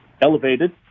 elevated